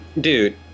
dude